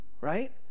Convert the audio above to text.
Right